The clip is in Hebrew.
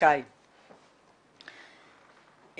את